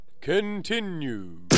continue